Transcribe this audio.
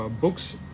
books